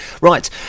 Right